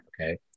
okay